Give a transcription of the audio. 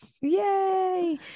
Yay